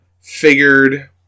Figured